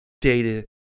data